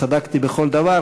צדקתי בכל דבר,